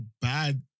bad